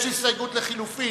יש הסתייגות לחלופין.